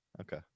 okay